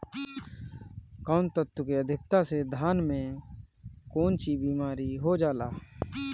कौन तत्व के अधिकता से धान में कोनची बीमारी हो जाला?